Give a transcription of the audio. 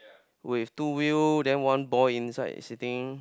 with two wheel then one boy inside sitting